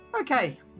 Okay